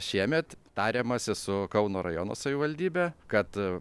šiemet tariamasi su kauno rajono savivaldybe kad